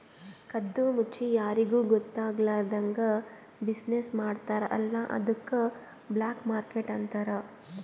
ಕದ್ದು ಮುಚ್ಚಿ ಯಾರಿಗೂ ಗೊತ್ತ ಆಗ್ಲಾರ್ದಂಗ್ ಬಿಸಿನ್ನೆಸ್ ಮಾಡ್ತಾರ ಅಲ್ಲ ಅದ್ದುಕ್ ಬ್ಲ್ಯಾಕ್ ಮಾರ್ಕೆಟ್ ಅಂತಾರ್